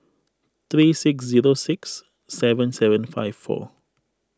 three six zero six seven seven five four